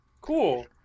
Cool